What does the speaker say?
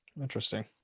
Interesting